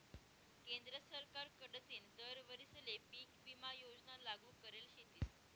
केंद्र सरकार कडथीन दर वरीसले पीक विमा योजना लागू करेल शेतीस